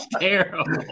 terrible